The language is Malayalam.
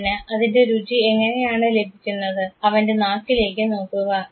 അവന് അതിൻറെ രുചി എങ്ങനെയാണു ലഭിക്കുന്നത് അവൻറെ നാക്കിലേക്ക് നോക്കുക